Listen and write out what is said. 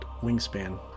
wingspan